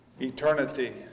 eternity